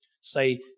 say